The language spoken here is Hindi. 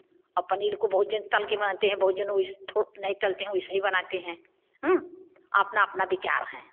और पनीर को बहुत जन तल के बनाते है बहुत जन वैसे थोड़ नहीं तलते हैं वैसे ही बनाते हैं आपना आपना विचार है